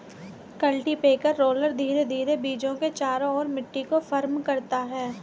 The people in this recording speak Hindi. कल्टीपैकेर रोलर धीरे धीरे बीजों के चारों ओर मिट्टी को फर्म करता है